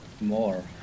more